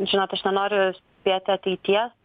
žinot aš nenoriu spėti ateities